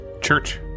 church